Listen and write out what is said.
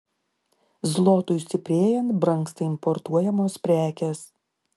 zlotui stiprėjant brangsta importuojamos prekės